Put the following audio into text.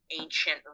ancient